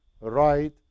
right